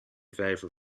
vijver